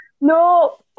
No